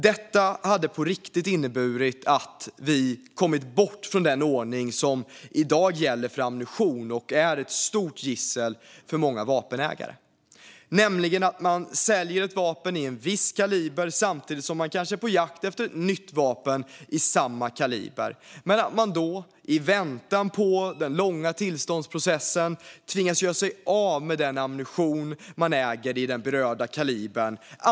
Detta hade på riktigt inneburit att vi kommit bort från den ordning som i dag gäller för ammunition och som är ett stort gissel för många vapenägare. Det handlar om att man säljer ett vapen i en viss kaliber samtidigt som man kanske är på jakt efter ett nytt vapen i samma kaliber men att man då, i väntan på den långa tillståndsprocessen, tvingas göra sig av med den ammunition man äger i den berörda kalibern.